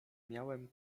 miałem